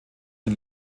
den